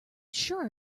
sure